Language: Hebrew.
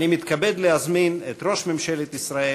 אני מתכבד להזמין את ראש ממשלת ישראל